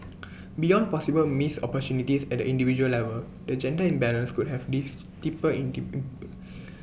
beyond possible missed opportunities at the individual level the gender imbalance could have lest deeper in